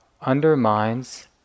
undermines